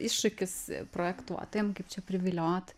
iššūkis projektuotojam kaip čia priviliot